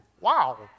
Wow